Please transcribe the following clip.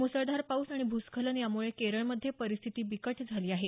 मुसळधार पाऊस आणि भूस्खलन यामुळे केरळमध्ये परिस्थिती बिकट झाली आहे